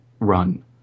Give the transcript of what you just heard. Run